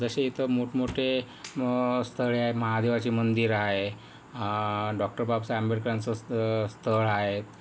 जसे इथं मोठमोठे स्थळे आहेत महादेवाचे मंदिर आहे डॉक्टर बाबासाहेब आंबेडकरांचा स्थळ स्थळ आहे